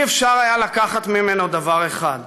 אי-אפשר היה לקחת ממנו דבר אחד: